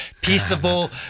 peaceable